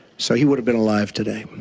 so he would have been alive today.